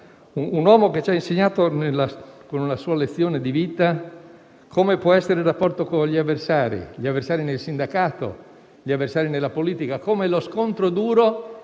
un uomo che ci ha insegnato, con la sua lezione di vita, come può essere il rapporto con gli avversari nel sindacato, nella politica; come lo scontro duro